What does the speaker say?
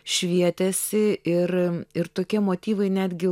švietėsi ir ir tokie motyvai netgi